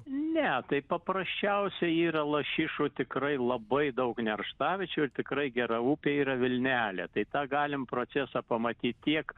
ne tai paprasčiausia yra lašišų tikrai labai daug nerštaviečių ir tikrai gera upė yra vilnelė tai tą galime procesą pamatyt tiek